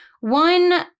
one